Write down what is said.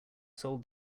sold